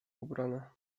ubrana